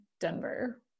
Denver